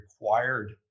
required